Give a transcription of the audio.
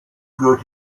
gehört